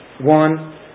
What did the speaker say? One